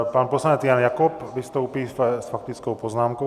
Pan poslanec Jan Jakob vystoupí s faktickou poznámkou.